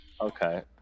Okay